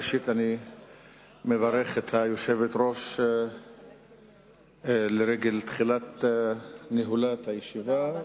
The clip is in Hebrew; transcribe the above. ראשית אני מברך את היושבת-ראש לרגל תחילת ניהולה את הישיבות,